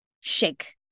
shake